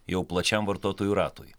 jau plačiam vartotojų ratui